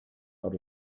out